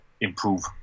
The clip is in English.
improve